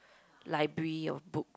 library of book